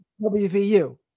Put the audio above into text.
WVU